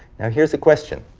now here's a question.